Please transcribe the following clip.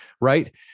Right